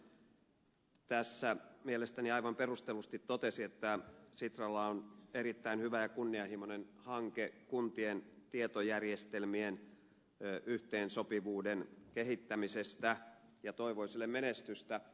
matikainen kallström tässä mielestäni aivan perustellusti totesi että sitralla on erittäin hyvä ja kunnianhimoinen hanke kuntien tietojärjestelmien yhteensopivuuden kehittämisestä ja toivoi sille menestystä